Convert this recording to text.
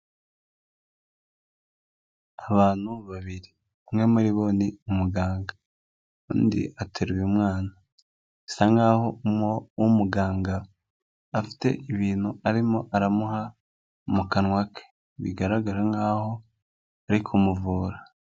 Abantu babiri umwe muribo ni umuganga undi ateruye umwana bisa nkaho uwo muganga afite ibintu arimo aramuha mu kanwa ke bigaragara nkaho ari kumuvura.